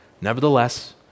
Nevertheless